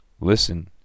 Listen